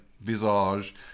visage